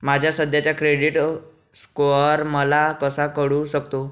माझा सध्याचा credit score मला कसा कळू शकतो?